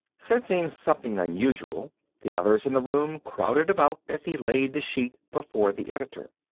sensing something unusual the others in the room crowded about as he laid the sheet before the editor.